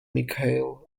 mikhail